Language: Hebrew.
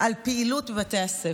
על פעילות בבתי הספר.